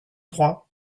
trois